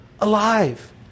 Alive